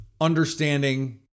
Understanding